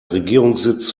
regierungssitz